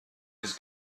his